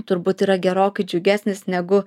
turbūt yra gerokai džiugesnis negu